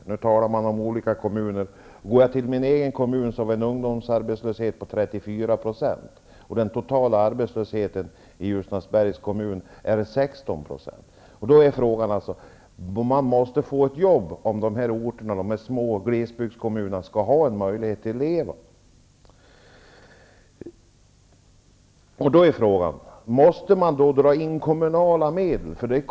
Här talas det om olika kommuner, och i min egen kommun, Ljusnarsberg, är ungdomsarbetslösheten 34 % och den totala arbetslösheten 16 %. Om de små orterna och glesbygdskommunerna skall ha möjlighet att leva måste människor få jobb. Då är frågan: Måste kommunala medel dras in?